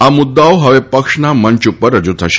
આ મુદ્દાઓ હવે પક્ષના મંચ ઉપર રજૂ કરાશે